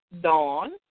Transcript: Dawn